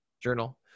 Journal